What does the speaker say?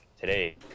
today